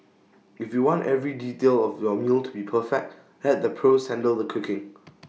if you want every detail of your meal to be perfect let the pros handle the cooking